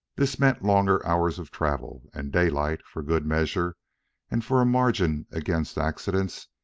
this meant longer hours of travel, and daylight, for good measure and for a margin against accidents,